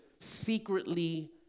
secretly